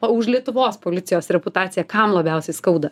o už lietuvos policijos reputaciją kam labiausiai skauda